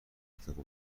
قدرتمندی